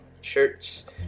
shirts